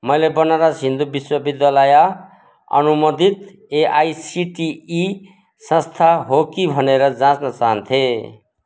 मैले बनारस हिन्दू विश्वविद्यालय अनुमोदित एआइसिटिई संस्था हो कि भनेर जाँच्न चाहन्थे